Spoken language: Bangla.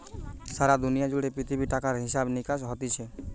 সারা দুনিয়া জুড়ে পৃথিবীতে টাকার হিসাব নিকাস হতিছে